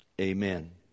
Amen